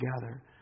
together